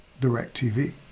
DirecTV